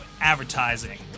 advertising